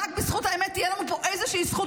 רק בזכות האמת תהיה לנו פה איזושהי זכות קיום.